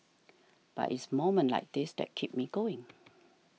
but it's moments like this that keep me going